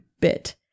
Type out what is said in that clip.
bit